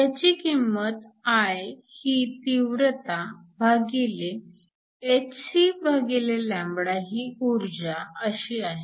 ह्याची किंमत I ही तीव्रता भागिले hc ही ऊर्जा अशी आहे